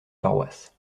paroisse